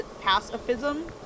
pacifism